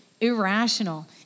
irrational